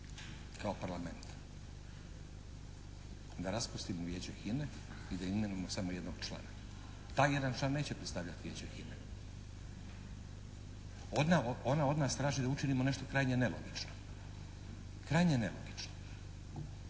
kao Parlament da raspustimo Vijeće HINA-e i da imenujemo samo jednog člana. Taj jedan član neće predstavljati Vijeće HINA-e. Ona od nas traži da učinimo nešto krajnje nelogično. I oprostite,